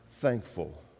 thankful